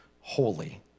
holy